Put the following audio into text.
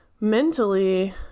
mentally